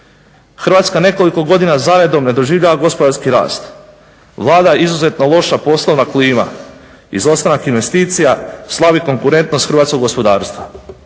Hrvatska nekoliko godina za redom ne doživljava gospodarski rast, vlada izuzetno loša poslovna klima, izostanak investicija, slabi konkurentnost hrvatskog gospodarstva.